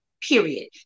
period